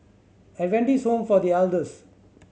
Adventist Home for The Elders